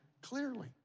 clearly